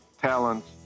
talents